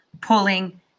pulling